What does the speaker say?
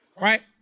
Right